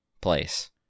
place